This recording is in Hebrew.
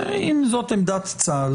אם זאת עמדת צה"ל